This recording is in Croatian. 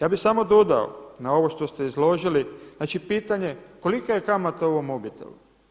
Ja bi samo dodao na ovo što ste izložili znači pitanje kolika je kamata ovom mobitelu?